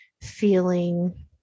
Feeling